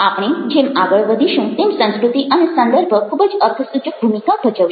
આપણે જેમ આગળ વધીશું તેમ સંસ્કૃતિ અને સંદર્ભ ખૂબ જ અર્થસૂચક ભૂમિકા ભજવશે